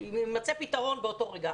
שיימצא פתרון באותו רגע.